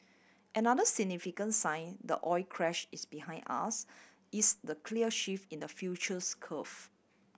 another significant sign the oil crash is behind us is the clear shift in the futures curve